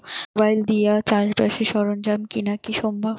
Mobile দিয়া কি চাষবাসের সরঞ্জাম কিনা সম্ভব?